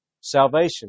Salvation